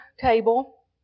table